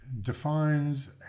defines